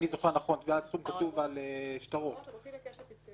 מספיק לחייבים, אבל אולי אנחנו טועים.